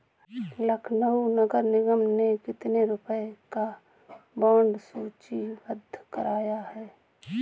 लखनऊ नगर निगम ने कितने रुपए का बॉन्ड सूचीबद्ध कराया है?